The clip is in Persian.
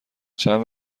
چند